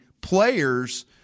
players